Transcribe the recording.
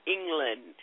England